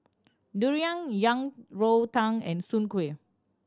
durian Yang Rou Tang and Soon Kuih